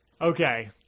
okay